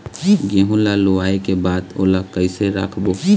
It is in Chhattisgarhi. गेहूं ला लुवाऐ के बाद ओला कइसे राखबो?